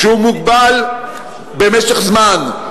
שהוא מוגבל במשך הזמן,